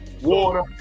water